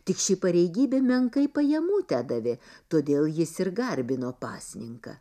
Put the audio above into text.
tik ši pareigybė menkai pajamų tedavė todėl jis ir garbino pasninką